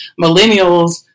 millennials